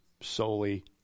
solely